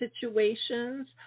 situations